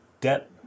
debt